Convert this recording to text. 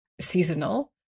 seasonal